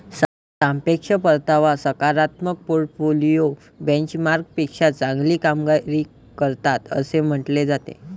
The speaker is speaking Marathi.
सापेक्ष परतावा सकारात्मक पोर्टफोलिओ बेंचमार्कपेक्षा चांगली कामगिरी करतात असे म्हटले जाते